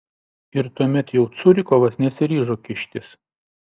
ir tuomet jau curikovas nesiryžo kištis